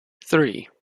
three